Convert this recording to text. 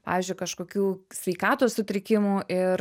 pavyzdžiui kažkokių sveikatos sutrikimų ir